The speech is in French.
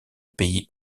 pays